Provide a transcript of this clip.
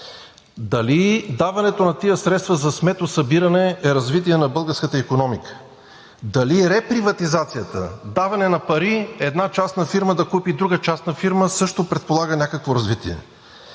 Дали даването на тези средства за сметосъбиране, е развитие на българската икономика? Дали реприватизацията – даване на пари една частна фирма да купи друга частна фирма, също предполага някакво развитие?